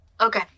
Okay